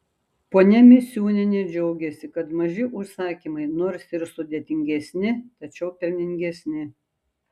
ponia misiūnienė džiaugiasi kad maži užsakymai nors ir sudėtingesni tačiau pelningesni